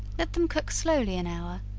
let them cook slowly an hour,